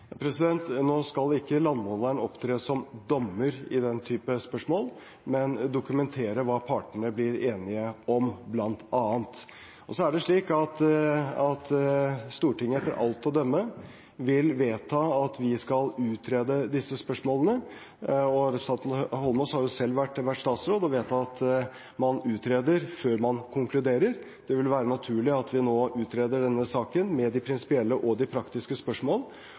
skal ikke opptre som dommer i den typen spørsmål, men vedkommende skal bl.a. dokumentere hva partene blir enige om. Stortinget vil, etter alt å dømme, vedta at vi skal utrede disse spørsmålene. Representanten Eidsvoll Holmås har selv vært statsråd og vet at man utreder før man konkluderer. Det vil være naturlig at vi nå utreder denne saken, med de prinsipielle og de praktiske